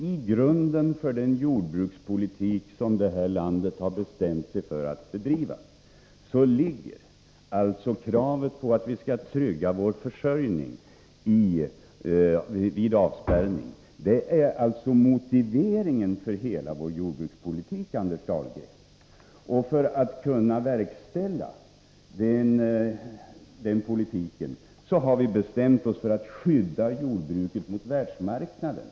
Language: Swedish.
I grunden för den jordbrukspolitik som det här landet har bestämt sig för att bedriva ligger alltså kravet att vi skall trygga vår försörjning vid avspärrning. Det är alltså motiveringen för hela vår jordbrukspolitik, Anders Dahlgren. För att kunna verkställa den politiken har vi bestämt oss för att skydda jordbruket mot världsmarknaden.